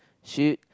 should